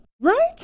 Right